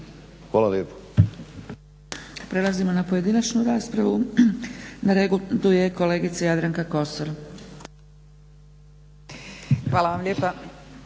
Hvala lijepo.